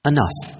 Enough